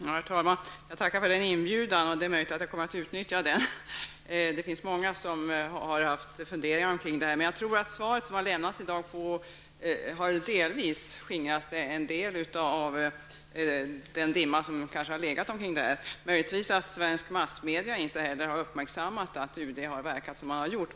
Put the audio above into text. Herr talman! Jag tackar för denna inbjudan. Det är möjligt att jag kommer att utnyttja den. Det finns många som har haft funderingar kring detta. Svaret som har lämnats i dag har delvis skingrat en del av den dimma som har legat över det här. Det kan möjligtvis vara så, att svensk massmedia inte har uppmärksammat UDs agerande.